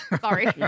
Sorry